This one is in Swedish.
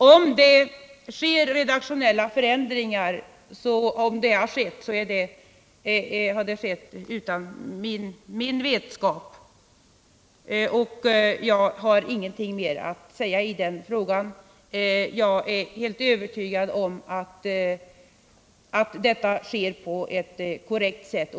Om det har skett redaktionella ändringar, så har de skett utan min vetskap, och jag har ingenting mer att säga i den frågan. Jag är helt övertygad om att detta sker på ett korrekt sätt.